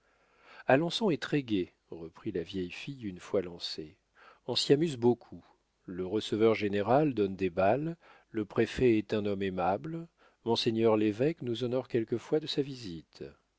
alençon est très-gai reprit la vieille fille une fois lancée on s'y amuse beaucoup le receveur-général donne des bals le préfet est un homme aimable monseigneur l'évêque nous honore quelquefois de sa visite